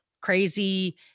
crazy